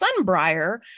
Sunbriar